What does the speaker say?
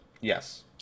Yes